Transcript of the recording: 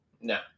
No